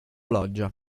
loggia